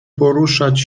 poruszać